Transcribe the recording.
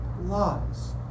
lies